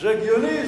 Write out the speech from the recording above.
זה הגיוני,